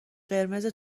قرمز